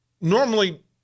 normally